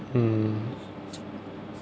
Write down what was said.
mm